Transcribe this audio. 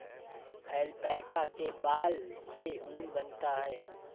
alpaca के बाल से ऊन बनता है